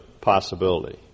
possibility